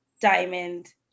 Diamond